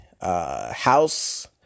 house